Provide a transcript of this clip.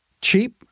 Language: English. cheap